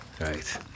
right